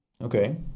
Okay